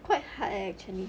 quite hard eh actually